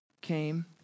came